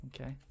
Okay